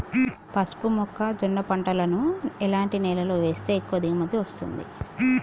పసుపు మొక్క జొన్న పంటలను ఎలాంటి నేలలో వేస్తే ఎక్కువ దిగుమతి వస్తుంది?